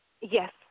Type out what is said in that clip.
Yes